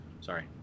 Sorry